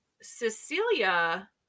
Cecilia